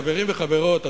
חברים וחברות,